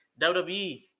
WWE